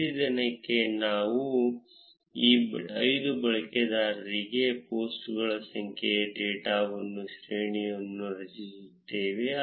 ಪ್ರತಿ ದಿನಕ್ಕೆ ನಾವು ಈ 5 ಬಳಕೆದಾರರಿಗೆ ಪೋಸ್ಟ್ಗಳ ಸಂಖ್ಯೆಗೆ ಡೇಟಾ ಶ್ರೇಣಿಯನ್ನು ರಚಿಸುತ್ತೇವೆ